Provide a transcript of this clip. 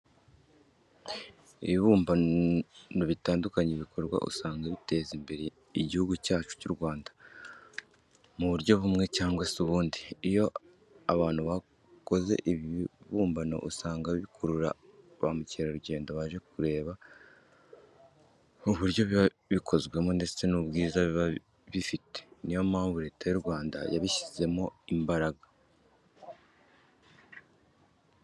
Ibibumbano bitandukanye bikorwa usanga biteza imbere Igihugu cyacu cy'u Rwanda mu buryo bumwe cyangwa se ubundi. Iyo abantu bakoze ibi bibumbano usanga bikurura ba mukerarugendo baje kureba uburyo biba bikozwemo ndetse n'ubwiza biba bifite. Ni yo mpamvu Leta y'u Rwanda yabishyizemo imbaraga.